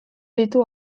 ditu